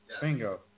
Bingo